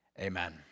Amen